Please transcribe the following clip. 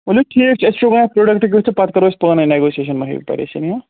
ؤلِو ٹھیٖک چھُ أسۍ وٕچھو گۄڈٕنٮ۪تھ پرٛوٚڈَکٹہٕ کیُتھ چھُ پَتہٕ کرو أسۍ پانَے نیٚگوسیشَن مَہ ہیٚیِو پریشٲنی ہَہ